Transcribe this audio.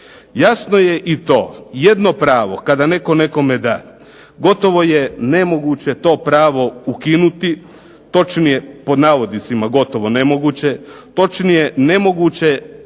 Jasno je i to jedno pravo kada netko nekome da, gotovo je nemoguće to pravo ukinuti gotovo nemoguće, nemoguće